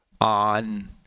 on